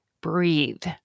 breathe